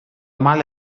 mala